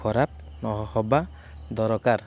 ଖରାପ ନହେବା ଦରକାର